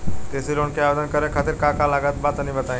कृषि लोन के आवेदन करे खातिर का का लागत बा तनि बताई?